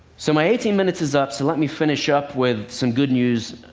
so my eighteen minutes is up. so let me finish up with some good news,